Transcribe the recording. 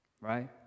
right